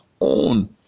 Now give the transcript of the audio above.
own